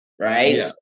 right